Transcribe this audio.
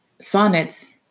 sonnets